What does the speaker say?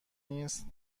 نیست